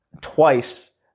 twice